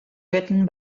written